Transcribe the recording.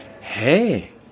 Hey